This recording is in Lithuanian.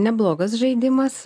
neblogas žaidimas